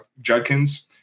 Judkins